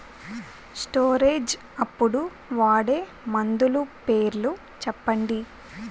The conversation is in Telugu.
స్టోరేజ్ అప్పుడు వాడే మందులు పేర్లు చెప్పండీ?